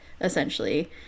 essentially